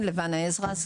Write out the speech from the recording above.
עזרא,